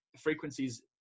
frequencies